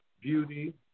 beauty